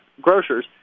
grocers